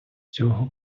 цього